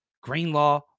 Greenlaw